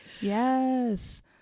Yes